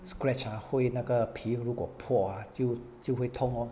scratch ah 会那个皮肤如果破 ah 就就会痛哦